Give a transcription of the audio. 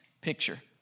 picture